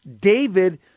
David